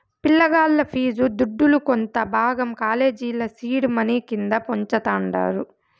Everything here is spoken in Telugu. పిలగాల్ల ఫీజు దుడ్డుల కొంత భాగం కాలేజీల సీడ్ మనీ కింద వుంచతండారు